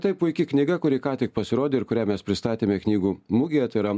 tai puiki knyga kuri ką tik pasirodė ir kurią mes pristatėme knygų mugėje tai yra